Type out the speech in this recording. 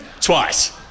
Twice